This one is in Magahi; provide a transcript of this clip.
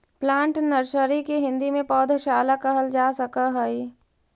प्लांट नर्सरी के हिंदी में पौधशाला कहल जा सकऽ हइ